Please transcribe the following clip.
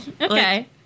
okay